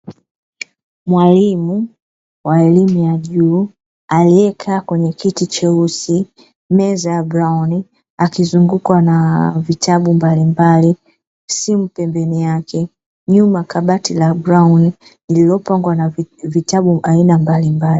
Mwalimu wa elimu ya vyuo aliyekaa kwenye kiti cheusi, meza ya brauni, akizungukwa na vitabu mbalimbali, simu pembeni yake, nyuma kabati la brauni lililopangwa na vitabu aina mbalimbali.